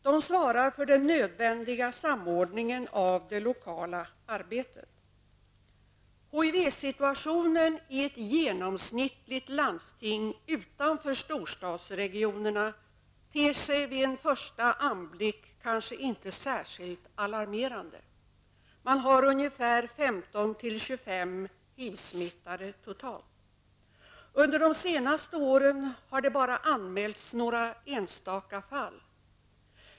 De svarar för den nödvändiga samordningen av det lokala arbetet. HIV-situationen i ett genomsnittligt landsting, utanför storstadsregionerna, ter sig vid en första anblick kanske inte särskilt alarmerande. Man har ungefär 15--25 HIV-smittade totalt. Under de senaste åren har det bara anmälts några enstaka fall.